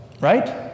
Right